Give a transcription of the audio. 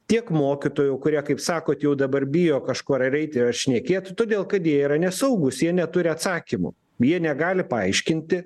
tiek mokytojų kurie kaip sakot jau dabar bijo kažkur ir eiti ir šnekėt todėl kad jie yra nesaugūs jie neturi atsakymų jie negali paaiškinti